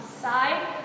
side